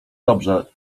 dobrze